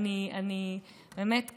באמת,